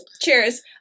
Cheers